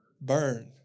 Burn